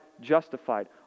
justified